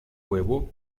huevo